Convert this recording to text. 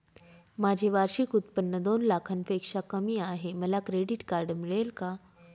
माझे वार्षिक उत्त्पन्न दोन लाखांपेक्षा कमी आहे, मला क्रेडिट कार्ड मिळेल का?